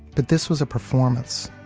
but this was a performance.